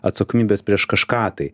atsakomybės prieš kažką tai